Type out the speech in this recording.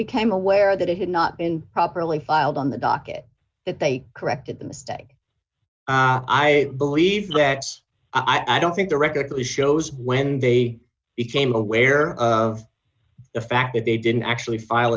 became aware that it had not been properly filed on the docket that they corrected the mistake i believe that i don't think the record shows when they became aware of the fact that they didn't actually file